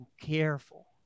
careful